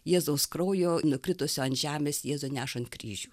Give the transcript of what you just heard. jėzaus kraujo nukritusio ant žemės jėzui nešant kryžių